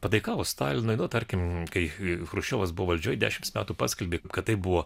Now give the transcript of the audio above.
pataikavo stalinui nu tarkim kai chruščiovas buvo valdžioje dešimt metų paskelbė kad tai buvo